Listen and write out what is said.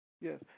Yes